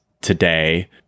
today